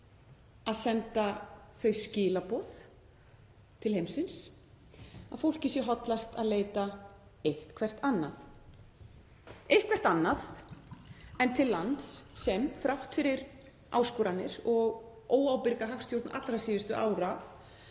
að senda þau skilaboð til heimsins að fólki sé hollast að leita eitthvert annað en til lands sem er, þrátt fyrir áskoranir og óábyrga hagstjórn allra síðustu ára,